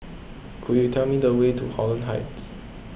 could you tell me the way to Holland Heights